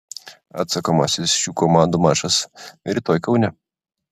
atsakomasis šių komandų mačas rytoj kaune